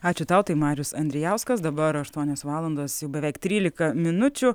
ačiū tau tai marius andrijauskas dabar aštuonios valandos jau beveik trylika minučių